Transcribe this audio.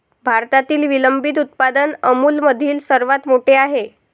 भारतातील विलंबित उत्पादन अमूलमधील सर्वात मोठे आहे